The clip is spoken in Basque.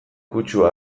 kutsua